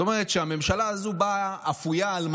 זאת אומרת שהממשלה הזאת באה אפויה על מלא.